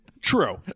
true